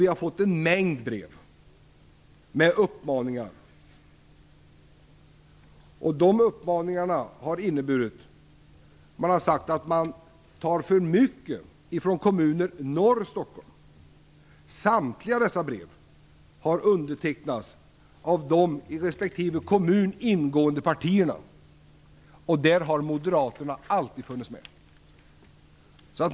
Vi har fått en mängd brev med uppmaningar. I dessa uppmaningar har det sagts att man tar för mycket från kommuner norr om Stockholm. Samtliga dessa brev har undertecknats av de i respektive kommun ingående partierna. Där har Moderaterna alltid funnits med.